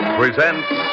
presents